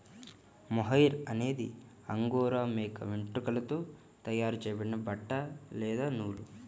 mohair అనేది angora మేక వెంట్రుకలతో తయారు చేయబడిన బట్ట లేదా నూలు